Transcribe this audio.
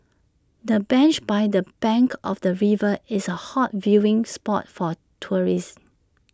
the bench by the bank of the river is A hot viewing spot for tourists